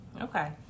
Okay